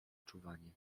czuwanie